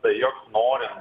tai jog norint